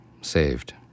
Saved